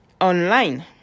online